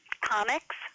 comics